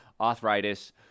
arthritis